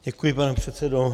Děkuji, pane předsedo.